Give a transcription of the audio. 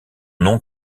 nom